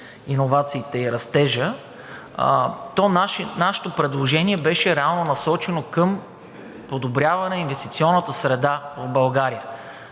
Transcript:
иновациите и растежа, то нашето предложение беше реално насочено към подобряване на инвестиционната среда в България.